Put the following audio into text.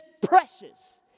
precious